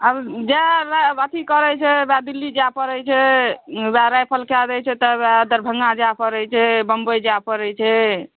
आब जाय अथी करै छै उएह दिल्ली जाय पड़ै छै उएह रेफर कए दै छै तऽ उएह दरभंगा जाय पड़ै छै बंबई जाय पड़ै छै